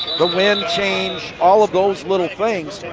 the wind change, all of those little things.